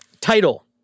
Title